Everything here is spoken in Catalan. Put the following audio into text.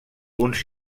uns